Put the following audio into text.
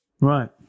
Right